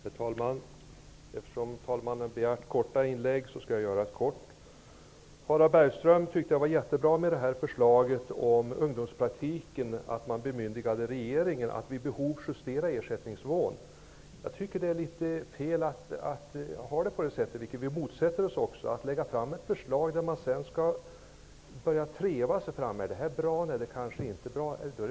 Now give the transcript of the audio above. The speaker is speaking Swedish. Herr talman! Eftersom talmannen har begärt korta inlägg skall jag fatta mig kort. Harald Bergström tyckte att det var jättebra att man bemyndigade regeringen att vid behov justera ersättningsnivån för ungdomspraktik. Jag tycker att det är fel att ha det så. Vi motsätter oss också att man lägger fram ett förslag som innebär att man sedan skall treva sig fram och fråga sig om det är bra och om avgiften inte är för hög eller låg.